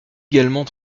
également